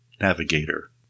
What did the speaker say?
navigator